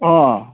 অঁ